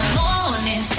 morning